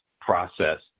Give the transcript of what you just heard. process